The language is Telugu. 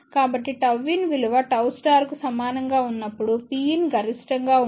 కాబట్టిΓin విలువ Γ కు సమానం గా ఉన్నప్పుడు Pin గరిష్టం గా ఉంటుంది